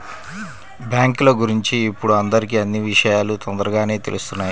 బ్యేంకుల గురించి ఇప్పుడు అందరికీ అన్నీ విషయాలూ తొందరగానే తెలుత్తున్నాయి